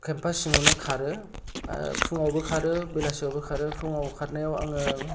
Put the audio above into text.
campus सिङावनो खारो फुङावबो खारो बेलासियावबो खारो फुङाव खारनायाव आङो